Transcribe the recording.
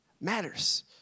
matters